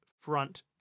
front